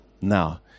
now